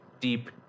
deep